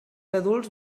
adults